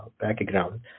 background